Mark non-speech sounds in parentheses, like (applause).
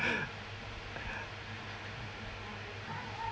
(breath) (laughs)